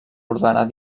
ordenar